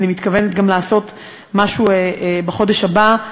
ואני מתכוונת גם לעשות משהו בחודש הבא,